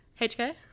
hk